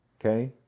okay